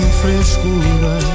frescura